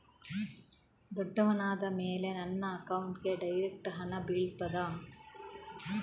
ದೊಡ್ಡವನಾದ ಮೇಲೆ ನನ್ನ ಅಕೌಂಟ್ಗೆ ಡೈರೆಕ್ಟ್ ಹಣ ಬೀಳ್ತದಾ?